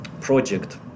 project